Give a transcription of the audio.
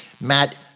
Matt